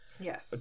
Yes